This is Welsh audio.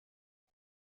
wyt